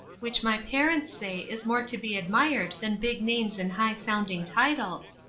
which my parents say is more to be admired than big names and high-sounding titles.